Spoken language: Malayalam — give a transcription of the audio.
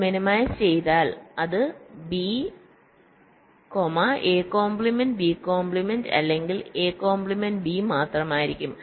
നിങ്ങൾ മിനിമൈസ് ചെയ്താൽ അത് b a' b അല്ലെങ്കിൽ a' b മാത്രമായിരിക്കും